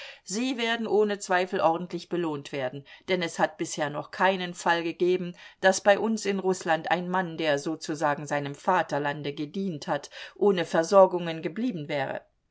sie werden ohne zweifel ordentlich belohnt werden denn es hat bisher noch keinen fall gegeben daß bei uns in rußland ein mann der sozusagen seinem vaterlande gedient hat ohne versorgung geblieben wäre